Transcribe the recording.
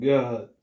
God